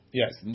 yes